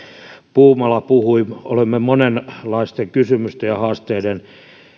puumala puhui olemme monenlaisten kysymysten ja haasteiden